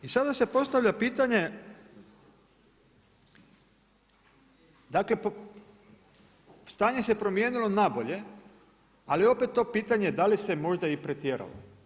I sada se postavlja pitanje, dakle stanje se promijenilo na bolje ali opet to pitanje da li se možda i pretjeralo.